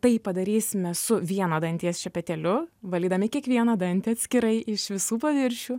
tai padarysime su vieno danties šepetėliu valydami kiekvieną dantį atskirai iš visų paviršių